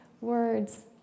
words